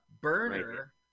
burner